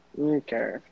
Okay